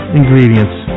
ingredients